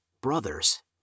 brothers